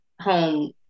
home